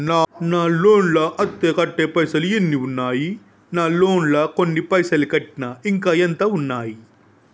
నా లోన్ లా అత్తే కట్టే పైసల్ ఎన్ని ఉన్నాయి నా లోన్ లా కొన్ని పైసల్ కట్టిన ఇంకా ఎంత ఉన్నాయి?